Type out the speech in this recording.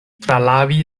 tralavi